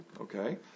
Okay